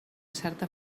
certa